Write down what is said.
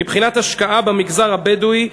מבחינת השקעה במגזר הבדואי,